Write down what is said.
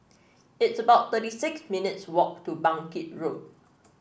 it's about thirty six minutes' walk to Bangkit Road